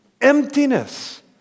emptiness